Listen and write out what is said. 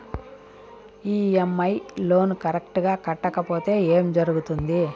EMI loan correct గా కట్టకపోతే ఏం జరుగుతుంది